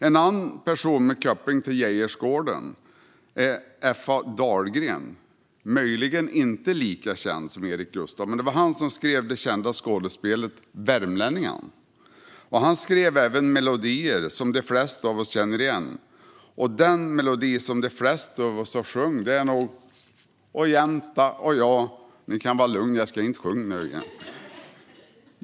En annan person med koppling till Geijersgården är F.A. Dahlgren. Han är möjligen inte lika känd som Erik Gustav Geijer, men det var han som skrev det kända skådespelet Värmlänningarna . Han skrev även melodier som de flesta av oss känner igen. Den melodi som de flesta av oss har sjungit är nog Å jänta å ja . Ni som sitter här i kammaren kan vara lugna; jag ska inte sjunga nu igen.